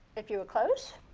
if you were close,